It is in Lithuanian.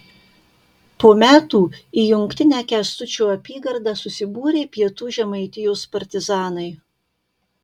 po metų į jungtinę kęstučio apygardą susibūrė pietų žemaitijos partizanai